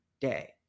day